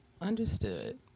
Understood